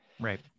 Right